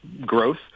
growth